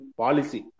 policy